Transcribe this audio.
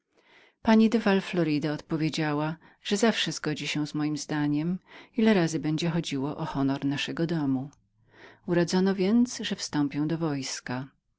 pani de val florida odpowiedziała że zawsze zgodzi się z mojem zdaniem ile razy będzie chodziło o honor naszego domu uradzono więc że wstąpię do wojska